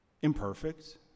Imperfect